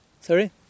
Sorry